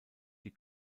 die